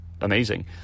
amazing